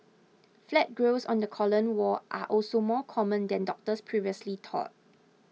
flat growths on the colon wall are also more common than doctors previously thought